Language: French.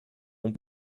ont